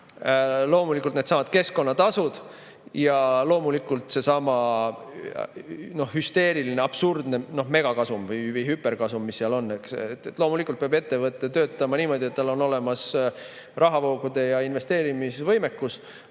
CO2-komponent, needsamad keskkonnatasud ja loomulikult seesama hüsteeriline, absurdne megakasum või hüperkasum, mis seal on. Loomulikult peab ettevõte töötama niimoodi, et tal on olemas rahavoogude ja investeerimise võimekus,